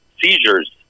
seizures